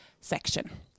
section